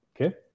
Okay